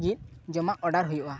ᱞᱟᱹᱜᱤᱫ ᱡᱚᱢᱟᱜ ᱚᱰᱟᱨ ᱦᱩᱭᱩᱜᱼᱟ